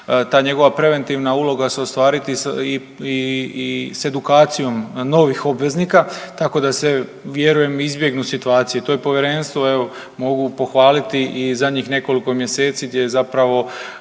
ta njegova preventiva uloga se ostvariti i s edukacijom novih obveznika tako da se vjerujem izbjegnu situacije. To je povjerenstvo evo mogu pohvaliti i zadnjih nekoliko mjeseci gdje je zapravo